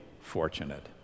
fortunate